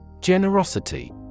Generosity